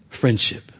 Friendship